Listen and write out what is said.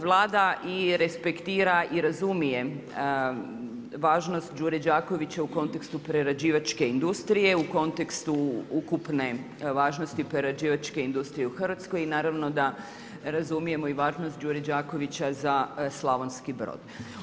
Vlada i respektira i razumije važnost Đure Đakovića u kontekstu prerađivačke industrije, u kontekstu ukupne važnosti prerađivačke industrije u Hrvatskoj i naravno da razumijemo i važnost Đure Đakovića za Slavonski Brod.